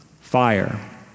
fire